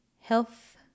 health